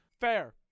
Fair